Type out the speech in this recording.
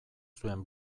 zuen